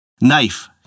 Knife